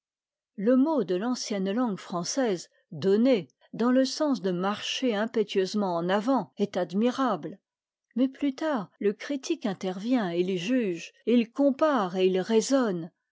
le mot de l'ancienne langue française donner dans le sens de marcher impétueusement en avant est admirable mais plus tard le critique intervient et il juge et il compare et il raisonne